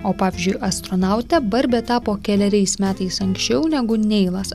o pavyzdžiui astronaute barbė tapo keleriais metais anksčiau negu neilas